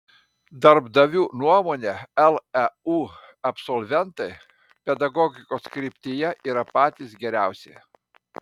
darbdavių nuomone leu absolventai pedagogikos kryptyje yra patys geriausi